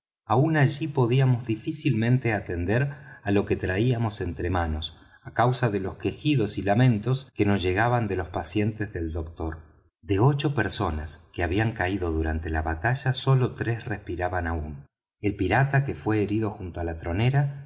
aun allí podíamos difícilmente atender á lo que traíamos entre manos á causa de los quejidos y lamentos que nos llegaban de los pacientes del doctor de ocho personas que habían caído durante la batalla solo tres respiraban aún el pirata que fué herido junto á la tronera